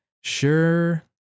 sure